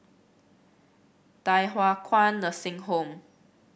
Thye Hua Kwan Nursing Home